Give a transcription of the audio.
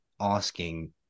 asking